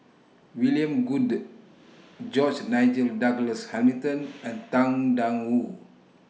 William Goode George Nigel Douglas Hamilton and Tang DA Wu